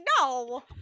No